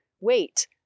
Wait